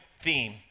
theme